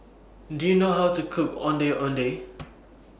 Do YOU know How to Cook Ondeh Ondeh